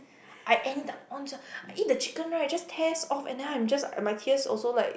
I anytime onz I eat the chicken right just tears off and them I am just my tears also like